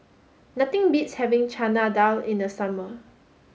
nothing beats having Chana Dal in the summer